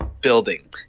building